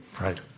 Right